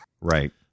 Right